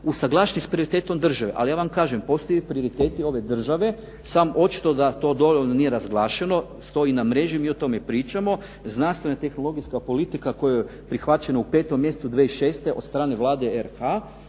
usuglašeni sa prioritetom države. Ali ja vam kažem, postoje prioriteti ove države, samo očito da to dovoljno nije razglašeno, stoji na mreži, mi o tome pričamo. Znanstvena tehnologijska politika koja je prihvaćena u 5. mjesecu 2006. od strane Vlade RH